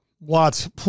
lots